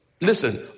Listen